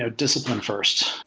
ah discipline first,